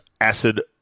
acid